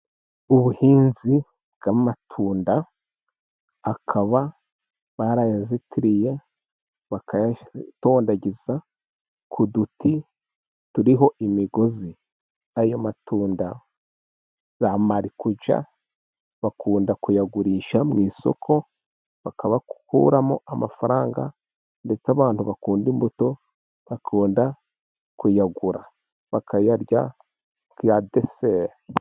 Ubuhinzi bw'amatunda akaba barayazitiriye bakayatondagiza ku duti turiho imigozi. Ayo matunda za marikuja bakunda kuyagurisha mu isoko bakayakuramo amafaranga ndetse abantu bakunda imbuto bakunda kuyagura bakayarya bwa deseri.